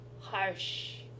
harsh